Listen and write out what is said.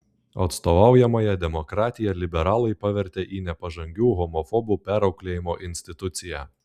atstovaujamąja demokratiją liberalai pavertė į nepažangių homofobų perauklėjimo instituciją